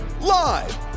live